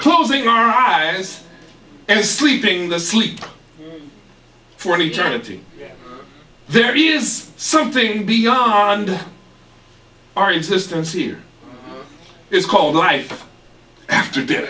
closing our eyes and sleeping the sleep for an eternity there is something beyond our existence here it's called life after death